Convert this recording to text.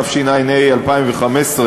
התשע"ה 2015,